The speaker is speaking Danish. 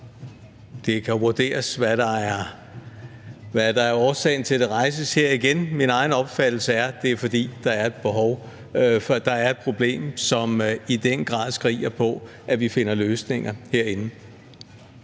Det kan vurderes, hvad der er årsagen til, at det rejses her igen. Min egen opfattelse er, at det er, fordi der er et behov, for der er et problem, som i den grad skriger på, at vi finder løsninger herinde.